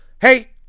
Hey